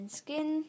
skin